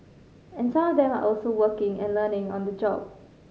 and some of them are also working and learning on the job